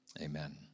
amen